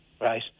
right